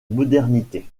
modernité